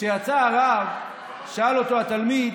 כשיצא הרב, שאל אותו התלמיד